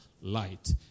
light